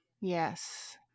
Yes